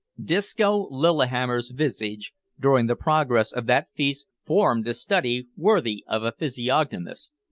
disco lillihammer's visage, during the progress of that feast, formed a study worthy of a physiognomist.